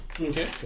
Okay